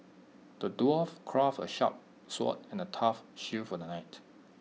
the dwarf crafted A sharp sword and A tough shield for the knight